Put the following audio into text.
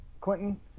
Quentin